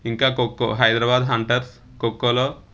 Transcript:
ఇంకా ఖోఖో హైదరాబాద్ హంటర్స్ ఖోఖోలో